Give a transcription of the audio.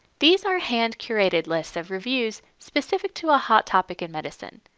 these are hand curated lists of reviews specific to a hot topic in medicine.